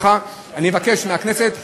אם כך, אבקש מהכנסת לדחותן,